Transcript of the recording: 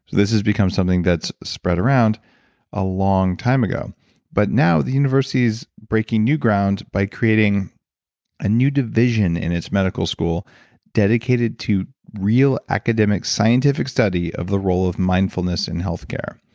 this has become something that's spread around a long time ago but now, the university's breaking new ground by creating a new division in its medical school dedicated to real academic scientific study of the role of mindfulness and healthcare.